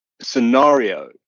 scenario